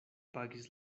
pagis